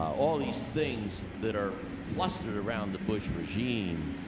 all these things that are clustered around the bush regime,